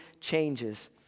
changes